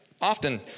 often